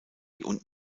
und